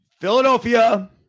Philadelphia